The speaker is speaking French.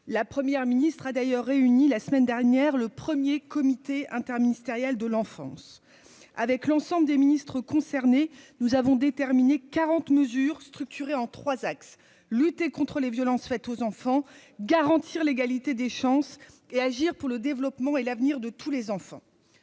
la première ministre a d'ailleurs réuni la semaine dernière le 1er comité interministériel de l'enfance, avec l'ensemble des ministres concernés, nous avons déterminé 40 mesures structuré en 3 axes : lutter contre les violences faites aux enfants, garantir l'égalité des chances et agir pour le développement et l'avenir de tous les enfants.